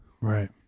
Right